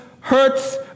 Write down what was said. hurts